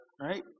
right